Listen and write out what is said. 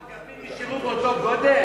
אתה חושב שהחגבים נשארו באותו גודל?